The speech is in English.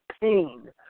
pain